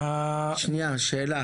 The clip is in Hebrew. כן.